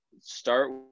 Start